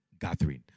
gathering